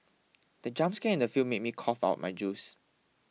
the jump scare in the film made me cough out my juice